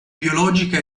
biologica